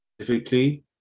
specifically